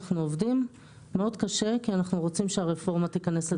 אנחנו עובדים מאוד קשה כי אנחנו רוצים שהרפורמה תיכנס לתוקף.